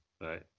right